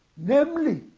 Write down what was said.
namely,